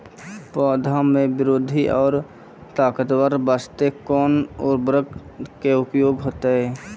पौधा मे बृद्धि और ताकतवर बास्ते कोन उर्वरक के उपयोग होतै?